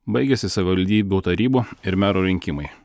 baigėsi savivaldybių tarybų ir merų rinkimai